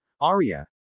Arya